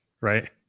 right